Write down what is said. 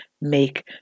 make